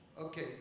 Okay